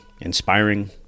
inspiring